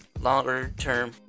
longer-term